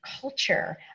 culture